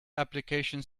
application